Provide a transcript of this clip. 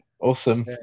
Awesome